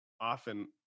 often